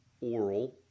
oral